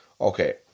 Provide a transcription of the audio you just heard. Okay